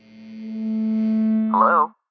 Hello